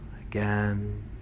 again